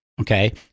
Okay